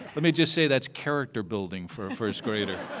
let me just say that's character building for a first grader.